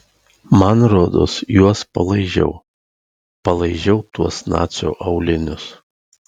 man rodos juos palaižiau palaižiau tuos nacio aulinius